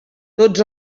tots